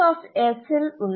மற்றும் Tk இல் உள்ளது